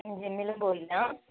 ജിമ്മിലും പോയില്ല